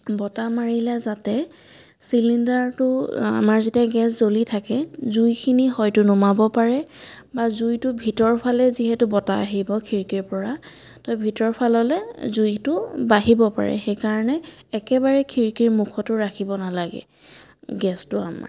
বতাহ মাৰিলে যাতে চিলিণ্ডাৰটো আমাৰ যেতিয়া গেছ জ্বলি থাকে জুইখিনি হয়তো নুমাব পাৰে বা জুইটো ভিতৰৰ ফালে যিহেতু বতাহ আহিব খিৰিকীৰ পৰা তো ভিতৰ ফাললে জুইটো বাঢ়িব পাৰে সেইকাৰণে একেবাৰে খিৰিকীৰ মুখতো ৰাখিব নালাগে গেছটো আমাৰ